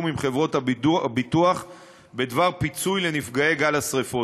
עם חברות הביטוח בדבר פיצוי לנפגעי גל השרפות.